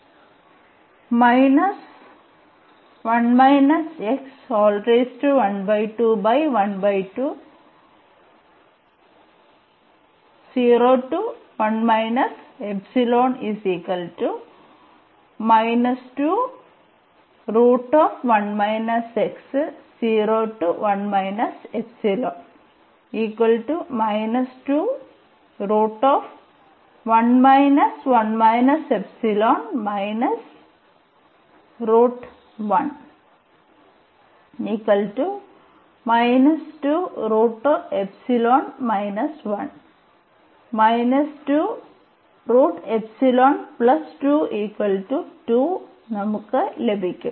നമുക്ക് ലഭിക്കും